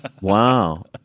Wow